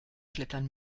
klettern